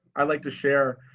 i like to share.